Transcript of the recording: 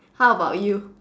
how about you